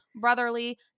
brotherly